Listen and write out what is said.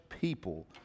people